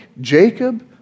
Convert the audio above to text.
Jacob